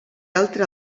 altra